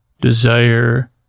desire